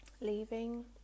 leaving